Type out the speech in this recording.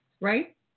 Right